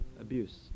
abuse